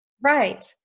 Right